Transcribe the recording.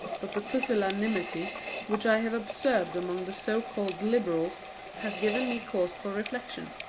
but the pusillanimity which i have observed among the so-called liberals has given me cause for reflection.